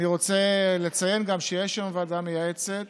אני רוצה לציין גם שיש היום ועדה מייעצת